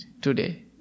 today